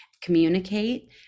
communicate